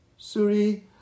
Suri